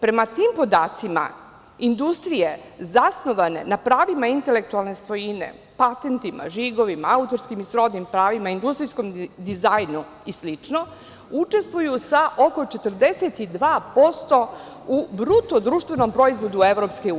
Prema tim podacima industrije zasnovane na pravima intelektualne svojine, patentima, žigovima, autorskim i srodnim pravima, industrijskom dizajnu i slično, učestvuju sa oko 42% u BDP-u EU.